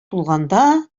тулганда